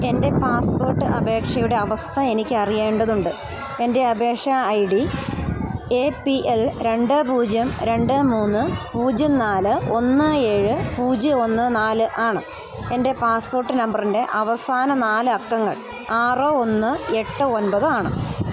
എൻ്റെ പാസ്പോർട്ട് അപേക്ഷയുടെ അവസ്ഥ എനിക്കറിയേണ്ടതുണ്ട് എൻ്റെ അപേക്ഷാ I D A P L രണ്ട് പൂജ്യം രണ്ട് മൂന്ന് പൂജ്യം നാല് ഒന്ന് ഏഴ് പൂജ്യം ഒന്ന് നാല് ആണ് എൻ്റെ പാസ്പോർട്ട് നമ്പറിൻ്റെ അവസാന നാല് അക്കങ്ങൾ ആറ് ഒന്ന് എട്ട് ഒൻപത് ആണ്